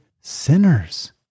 sinners